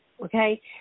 okay